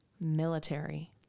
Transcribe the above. Military